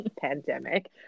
pandemic